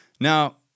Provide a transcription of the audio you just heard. Now